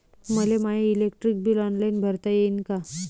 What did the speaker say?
मले my electric bill online भरता येईन का?